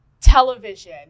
television